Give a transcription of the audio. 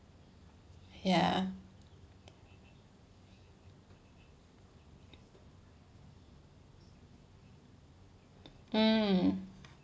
ya mm